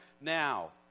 now